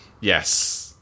Yes